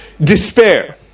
despair